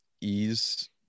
ease